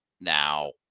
Now